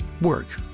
work